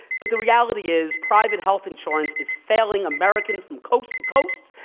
but the reality is, private health insurance is failing americans from coast-to-coast,